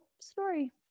story